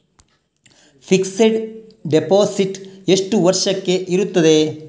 Fixed deposit ಎಷ್ಟು ವರ್ಷಕ್ಕೆ ಇರುತ್ತದೆ?